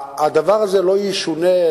הדבר הזה לא ישונה,